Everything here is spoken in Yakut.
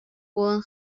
буолан